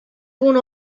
punt